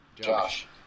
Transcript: Josh